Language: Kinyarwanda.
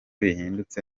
bihindutse